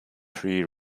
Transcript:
pre